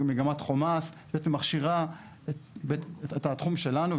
מגמת חומ"ס שמכשירה את התחום שלנו,